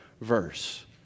verse